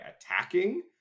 attacking